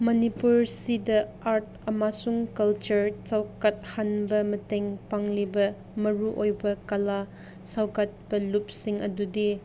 ꯃꯅꯤꯄꯨꯔꯁꯤꯗ ꯑꯥꯔꯠ ꯑꯃꯁꯨꯡ ꯀꯜꯆꯔ ꯆꯥꯎꯈꯠꯍꯟꯕꯗ ꯃꯇꯦꯡ ꯄꯥꯡꯂꯤꯕ ꯃꯔꯨ ꯑꯣꯏꯕ ꯀꯂꯥ ꯁꯧꯒꯠꯄ ꯂꯨꯞꯁꯤꯡ ꯑꯗꯨꯗꯤ